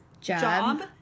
job